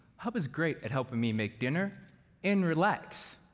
hub is great at helping me make dinner and relax.